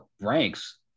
ranks